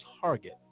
target